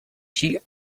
she